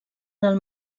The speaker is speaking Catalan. del